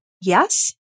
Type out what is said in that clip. yes